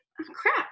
crap